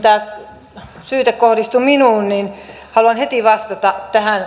kun tämä syyte kohdistui minuun niin haluan heti vastata tähän